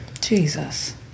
Jesus